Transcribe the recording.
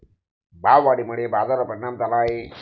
भाववाढीमुळे बाजारावर परिणाम झाला आहे